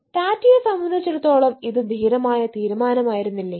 ടാറ്റയെ സംബന്ധിച്ചിടത്തോളം ഇത് ധീരമായ തീരുമാനമായിരുന്നില്ലേ